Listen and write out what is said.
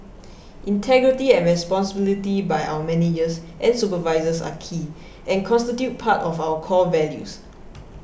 integrity and responsibility by our managers and supervisors are key and constitute part of our core values